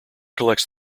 collects